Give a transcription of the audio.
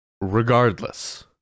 Regardless